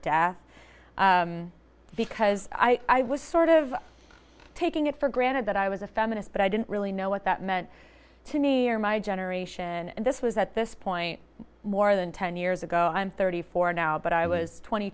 death because i was sort of taking it for granted that i was a feminist but i didn't really know what that meant to me or my generation and this was at this point more than ten years ago i'm thirty four now but i was twenty